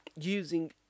Using